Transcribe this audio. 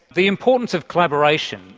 the importance of collaboration,